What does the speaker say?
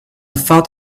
thought